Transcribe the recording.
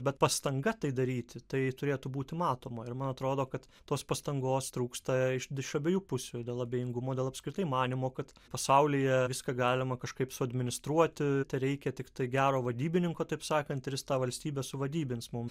bet pastanga tai daryti tai turėtų būti matoma ir man atrodo kad tos pastangos trūksta iš abiejų pusių ir dėl abejingumo dėl apskritai manymo kad pasaulyje viską galima kažkaip suadministruoti tereikia tiktai gero vadybininko taip sakant ir jis tą valstybę suvadybins mum